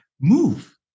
move